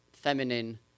feminine